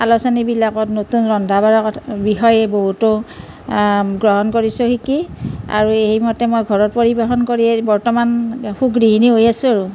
আলোচনীবিলাকত নতুন ৰন্ধা বঢ়াৰ কথা বিষয়ে বহুতো গ্ৰহণ কৰিছোঁ শিকি আৰু এই মতে মই ঘৰত পৰিৱেশন কৰিয়েই বৰ্তমান সুগৃহিণী হৈ আছোঁ আৰু